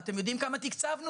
אתם יודעים כמה תקצבנו?